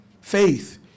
Faith